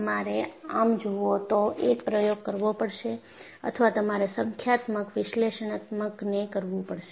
તમારે આમ જોવો તો એક પ્રયોગ કરવો પડશે અથવા તમારે સંખ્યાત્મક વિશ્લેષણાત્મક ને કરવું પડશે